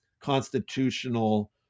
constitutional